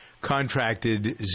contracted